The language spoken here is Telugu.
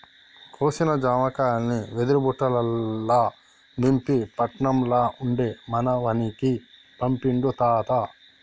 కోసిన జామకాయల్ని వెదురు బుట్టలల్ల నింపి పట్నం ల ఉండే మనవనికి పంపిండు తాత